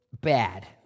bad